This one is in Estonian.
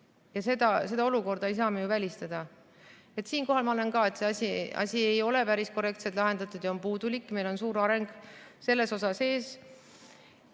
ja seda olukorda ei saa me ju välistada. Siinkohal ma arvan ka, et asi ei ole päris korrektselt lahendatud ja on puudulik, meil on veel suur areng ees. Ka kõik